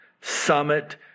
Summit